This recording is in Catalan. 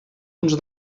uns